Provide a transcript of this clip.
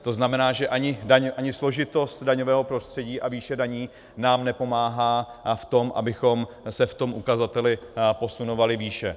To znamená, že ani složitost daňového prostředí a výše daní nám nepomáhá v tom, abychom se v tom ukazateli posunovali výše.